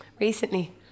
Recently